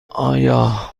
آیا